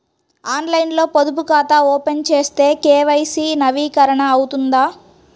ఆన్లైన్లో పొదుపు ఖాతా ఓపెన్ చేస్తే కే.వై.సి నవీకరణ అవుతుందా?